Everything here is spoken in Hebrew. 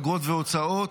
אגרות והוצאות,